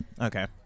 Okay